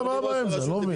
מה הבעיה עם זה אני לא מבין?